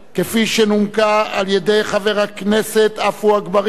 כפי שנומקה על-ידי חבר הכנסת עפו אגבאריה,